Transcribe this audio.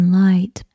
light